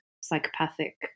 psychopathic